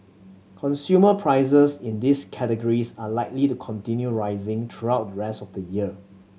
consumer prices in these categories are likely to continue rising throughout the rest of the year